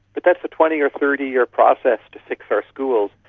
but that's a twenty or thirty year process to fix our schools,